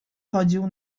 chodził